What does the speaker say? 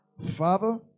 Father